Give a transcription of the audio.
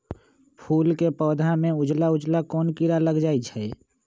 फूल के पौधा में उजला उजला कोन किरा लग जई छइ?